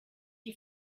you